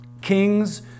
Kings